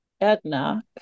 Edna